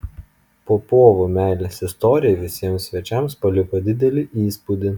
popovų meilės istorija visiems svečiams paliko didelį įspūdį